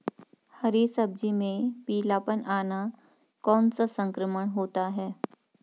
हरी सब्जी में पीलापन आना कौन सा संक्रमण होता है?